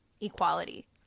equality